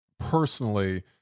personally